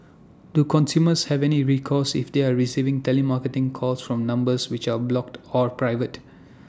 do consumers have any recourse if they are receiving telemarketing calls from numbers which are blocked or private